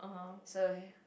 so